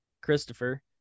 christopher